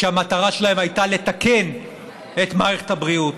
שהמטרה שלהם הייתה לתקן את מערכת הבריאות: